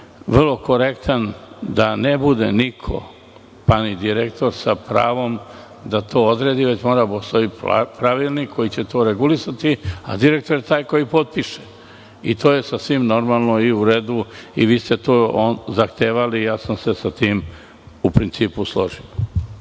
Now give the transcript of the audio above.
vrlo korektan, da ne bude niko, pa ni direktor sa pravom da to odredi, već mora da postoji pravilnik koji će to regulisati, a direktor je taj koji potpiše. To je sasvim normalno i u redu i vi ste to zahtevali i ja sam se sa tim, u principu, složio.